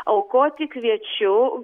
aukoti kviečiu